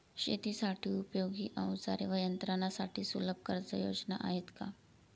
शेतीसाठी उपयोगी औजारे व यंत्रासाठी सुलभ कर्जयोजना आहेत का?